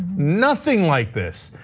nothing like this.